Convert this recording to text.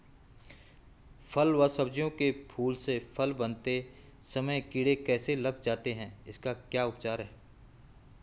फ़ल व सब्जियों के फूल से फल बनते समय कीड़े कैसे लग जाते हैं इसका क्या उपचार है?